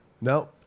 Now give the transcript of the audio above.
No